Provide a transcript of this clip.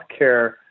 healthcare